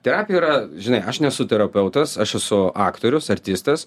terapija yra žinai aš nesu terapeutas aš esu aktorius artistas